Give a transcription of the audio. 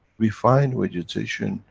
we find vegetation,